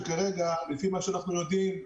שכרגע לפי מה שאנחנו יודעים,